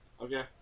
Okay